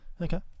Okay